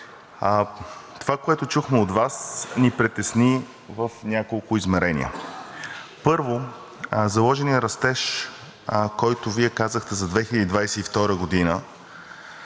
Това, което чухме от Вас, ни притесни в няколко измерения. Първо, заложеният растеж, който Вие казахте за 2022 г.,